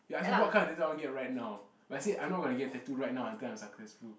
you ask me what kind of tattoo I want to get right now but I said I'm not going to get tattoo right now until I'm successful